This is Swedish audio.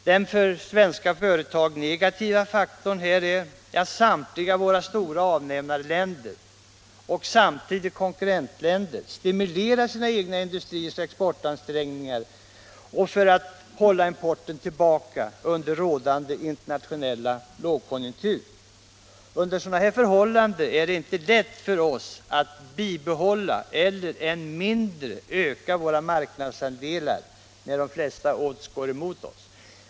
Den för svenska företag negativa faktorn här är att samtliga våra stora avnämarländer och samtidigt konkurrentländer stimulerar sina egna industriers exportansträngningar för att hålla importen tillbaka under rådande internationella lågkonjunktur. Under sådana förhållanden är det inte lätt för oss att bibehålla våra marknadsandelar, än mindre att öka dem. De flesta odds är emot oss.